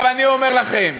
עכשיו, אני אומר לכם